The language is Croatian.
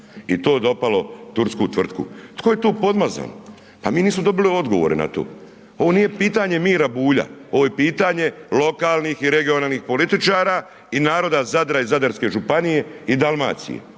i to dopalo tursku tvrtku. Tko je tu podmazan? Pa mi nismo dobili odgovore na to, ovo nije pitanje Mira Bulja, ovo je pitanje lokalnih i regionalnih političara i naroda Zadra i zadarske županije i Dalmacije